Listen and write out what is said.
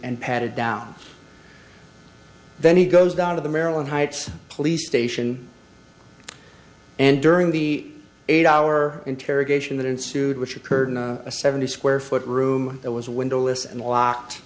and patted down then he goes down to the maryland heights police station and during the eight hour interrogation that ensued which occurred in a seventy square foot room it was a windowless and locked